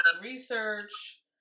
research